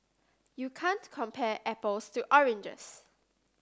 you can't compare apples to oranges